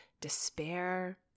despair